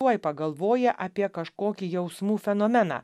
tuoj pagalvoja apie kažkokį jausmų fenomeną